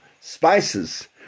spices